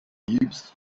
heaps